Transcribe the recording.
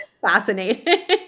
fascinating